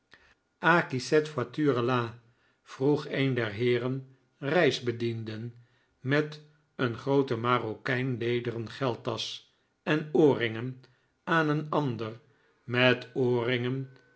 la vroeg een der heeren reisbedienden met een groote marokijnlederen